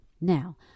now